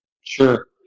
Sure